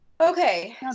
Okay